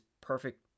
perfect